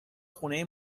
خونه